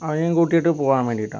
അവനെയും കൂട്ടീട്ട് പോകാൻ വേണ്ടീട്ടാ